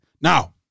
Now